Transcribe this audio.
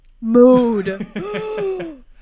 Mood